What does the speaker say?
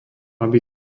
aby